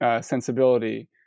sensibility